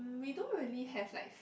we don't really have like